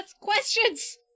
questions